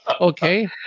Okay